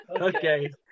Okay